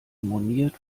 moniert